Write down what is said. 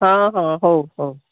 ହଁ ହଁ ହଉ ହଉ